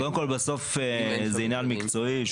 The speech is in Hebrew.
קודם כל, בסוף זה עניין מקצועי.